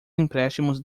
empréstimos